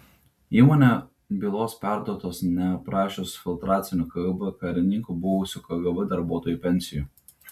įmonė bylos perduotos neaprašius filtracinių kgb karininkų buvusių kgb darbuotojų pensijų